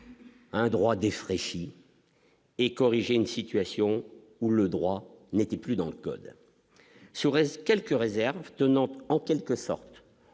un droit défraîchi. Et corriger une situation où le droit n'était plus dans le code, serait-ce quelques réserves, tenante en quelque sorte